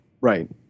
Right